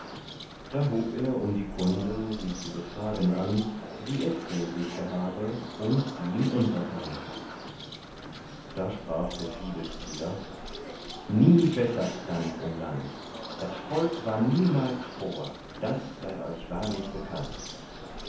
da hub er um die kunde sie zu befragen an wie etzel sich gehabe und die ihm untertan da sprach der fiedelspieler nie besser stands im land das volk war niemals froher das sei euch wahrlich bekannt